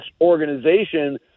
organization